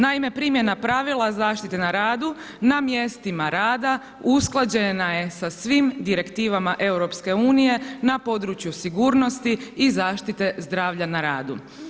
Naime primjena pravila zaštite na radu na mjestima rada usklađena je sa svim direktivama EU na području sigurnosti i zaštite zdravlja na radu.